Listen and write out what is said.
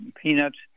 peanuts